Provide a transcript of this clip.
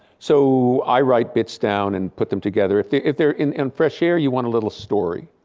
so i write bits down and put them together. if they're if they're in and fresh air, you want a little story.